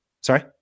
Sorry